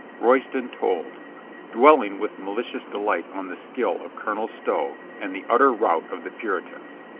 royston told dwelling with malicious delight on the skill of colonel stow and the utter rout of the puritans.